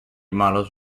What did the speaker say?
models